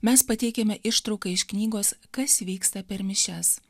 mes pateikiame ištrauką iš knygos kas vyksta per mišias